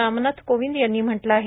रामनाथ कोविंद यांनी म्हटलं आहे